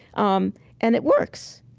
um and it works.